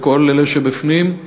וכל אלה שבפנים.